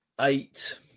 Eight